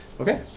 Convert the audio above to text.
Okay